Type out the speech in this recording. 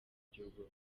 gihugu